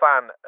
fan